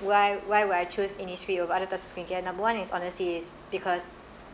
why why would I choose Innisfree over other types of skincare number one is honestly is because